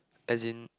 as in